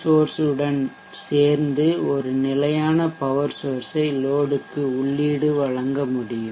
source உடன் சேர்ந்து ஒரு நிலையான பவர் சோர்ஷ்ஐ லோடுக்கு உள்ளீடு வழங்க முடியும்